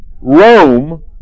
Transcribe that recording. Rome